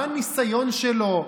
מה הניסיון שלו?